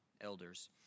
elders